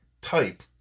type